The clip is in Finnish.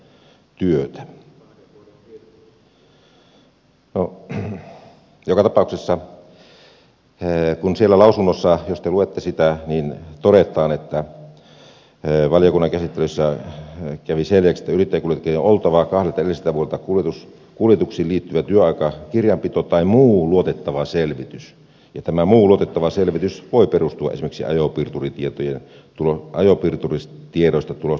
no joka tapauksessa siellä lausunnossa jos te luette sitä todetaan että valiokunnan käsittelyssä kävi selväksi että yrittäjäkuljettajalla on oltava kahdelta edelliseltä vuodelta kuljetuksiin liittyvä työaikakirjanpito tai muu luotettava selvitys ja tämä muu luotettava selvitys voi perustua esimerkiksi ajopiirturitiedoista tulostettuihin raportteihin